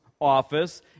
office